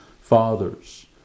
Fathers